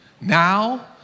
now